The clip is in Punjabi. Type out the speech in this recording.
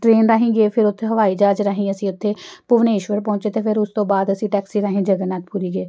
ਟਰੇਨ ਰਾਹੀਂ ਗਏ ਫਿਰ ਉੱਥੇ ਹਵਾਈ ਜ਼ਾਹਜ ਰਾਹੀਂ ਅਸੀਂ ਉੱਥੇ ਭੁਵਨੇਸ਼ਵਰ ਪਹੁੰਚੇ ਅਤੇ ਫਿਰ ਉਸ ਤੋਂ ਬਾਅਦ ਅਸੀਂ ਟੈਕਸੀ ਰਾਹੀਂ ਜਗਨਨਾਥ ਪੁਰੀ ਗਏ